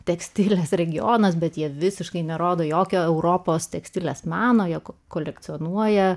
tekstilės regionas bet jie visiškai nerodo jokio europos tekstilės mano jog kolekcionuoja